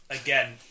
again